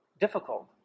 difficult